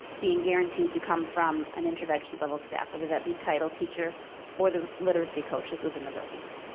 being guaranteed to come from an intervention level staff, whether that be title teachers or the literacy coaches within the buildings.